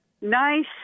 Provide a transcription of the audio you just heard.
nice